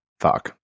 Fuck